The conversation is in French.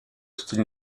style